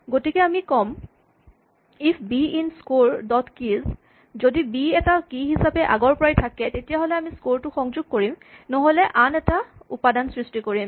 গতিকে আমি ক'ম if B in score dot keys যদি বি এটা কী হিচাপে আগৰপৰাই থাকে তেতিয়াহ'লে আমি স্কৰ টো সংযোগ কৰিম নহ'লে আন এটা উপাদানৰ সৃষ্টি কৰিম